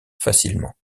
facilement